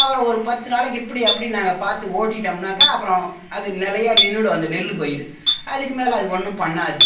அப்புறம் ஒரு பத்து நாளைக்கு இப்படி அப்படி நாங்கள் பார்த்து ஓட்டிவிட்டோம்னாக்கா அப்பறம் அது நிலையா நின்னுவிடும் அந்த நெல் பயிர் அதுக்கு மேலே அது ஒன்றும் பண்ணாது